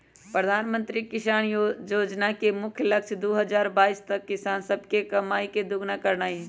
प्रधानमंत्री किसान जोजना के मुख्य लक्ष्य दू हजार बाइस तक किसान सभके कमाइ के दुगुन्ना करनाइ हइ